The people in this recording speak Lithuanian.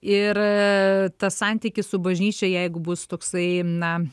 ir tas santykis su bažnyčia jeigu bus toksai na